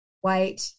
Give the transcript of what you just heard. white